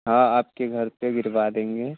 हाँ आपके घर पर गिरवा देंगे